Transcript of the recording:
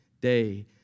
day